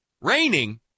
Raining